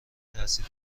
تاثیر